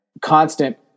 constant